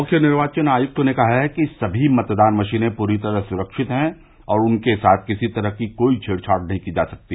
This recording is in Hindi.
मुख्य निर्वाचन आयक्त ने कहा है कि समी मतदान मशीनें परी तरह सुरक्षित हैं और उनके साथ किसी तरह की कोई छेड़ छाड़ नहीं की जा सकती